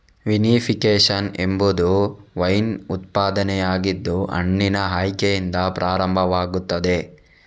vinification ಎಂಬುದು wine ಉತ್ಪಾದನೆಯಾಗಿದ್ದು ಹಣ್ಣಿನ ಆಯ್ಕೆಯಿಂದ ಪ್ರಾರಂಭವಾಗುತ್ತದೆ